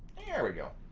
never go